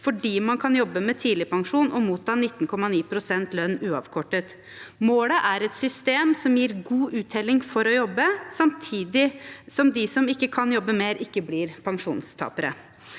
fordi man kan jobbe med tidligpensjon og motta 19,9 pst. lønn uavkortet. Målet er et system som gir god uttelling for å jobbe, samtidig som de som ikke kan jobbe mer, ikke blir pensjonstapere.